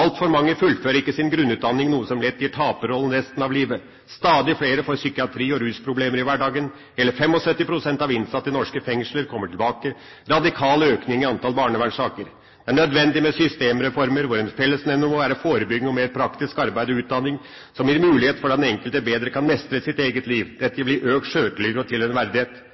Altfor mange fullfører ikke sin grunnutdanning, noe som lett gir dem en taperrolle resten av livet. Stadig flere får psykiske problemer og rusproblemer i hverdagen. Hele 75 pst. av de innsatte i norske fengsler kommer tilbake. Det er en radikal økning i antall barnevernssaker. Det er nødvendig med systemreformer hvor en fellesnevner må være forebyggende og mer praktisk arbeid og utdanning som gir mulighet for at den enkelte bedre kan mestre sitt eget liv med økt sjøltillit og verdighet.